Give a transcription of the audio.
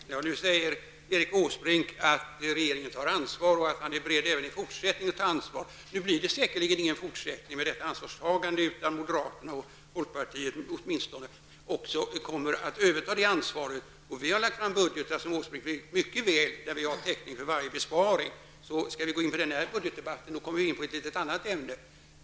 Herr talman! Nu säger Erik Åsbrink att regeringen tar ansvar och att man är beredd att även i fortsättningen ta ansvar. Nu blir det säkerligen ingen fortsättning av detta ansvarstagande, utan moderaterna tillsammans med åtminstone folkpartiet kommer att ta över ansvaret. Vi har lagt fram budgetar där vi har täckning för varje besparing vi föreslår. Skall vi gå in på en budgetdebatt, kommer vi emellertid in på ett annat ämne.